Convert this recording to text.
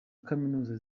kaminuza